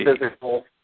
physical